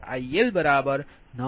3p